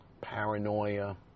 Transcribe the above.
paranoia